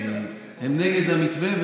הם נגד המתווה.